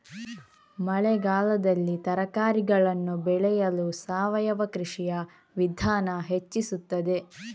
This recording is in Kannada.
ಮಳೆಗಾಲದಲ್ಲಿ ತರಕಾರಿಗಳನ್ನು ಬೆಳೆಯಲು ಸಾವಯವ ಕೃಷಿಯ ವಿಧಾನ ಹೆಚ್ಚಿಸುತ್ತದೆ?